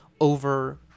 over